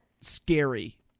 scary